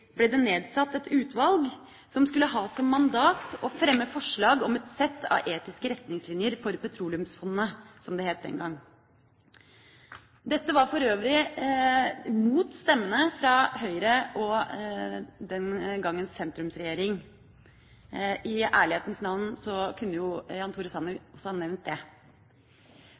ble det nedsatt et utvalg som skulle ha som mandat å fremme forslag om et sett av etiske retningslinjer for petroleumsfondet, som det het den gang. Dette skjedde for øvrig mot stemmene fra Høyre – den gangen i Samarbeidsregjeringa. I ærlighetens navn kunne jo Jan Tore Sanner også ha nevnt det.